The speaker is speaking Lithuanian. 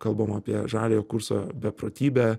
kalbam apie žaliojo kurso beprotybę